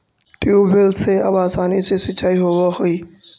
tubewell से अब आसानी से सिंचाई होवऽ हइ